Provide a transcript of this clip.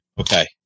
okay